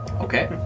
Okay